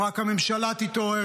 אם רק הממשלה תתעורר,